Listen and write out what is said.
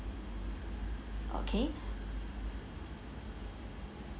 okay